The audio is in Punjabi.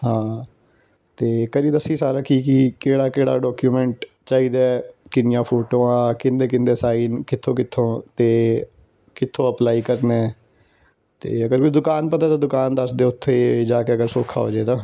ਹਾਂ ਅਤੇ ਕਰੀ ਦੱਸੀ ਸਾਰਾ ਕੀ ਕੀ ਕਿਹੜਾ ਕਿਹੜਾ ਡਾਕੂਮੈਂਟ ਚਾਹੀਦਾ ਕਿੰਨੀਆਂ ਫੋਟੋਆਂ ਕਿਹਦੇ ਕਿਹਦੇ ਸਾਈਨ ਕਿੱਥੋਂ ਕਿੱਥੋਂ ਅਤੇ ਕਿੱਥੋਂ ਅਪਲਾਈ ਕਰਨਾ ਅਤੇ ਅਗਰ ਵੀ ਦੁਕਾਨ ਪਤਾ ਦੁਕਾਨ ਦੱਸ ਦਿਓ ਉੱਥੇ ਜਾ ਕੇ ਅਗਰ ਸੌਖਾ ਹੋ ਜੇ ਤਾਂ